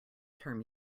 term